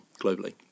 globally